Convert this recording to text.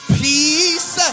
peace